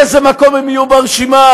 באיזה מקום הם יהיו ברשימה,